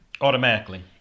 Automatically